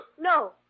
no